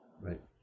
Right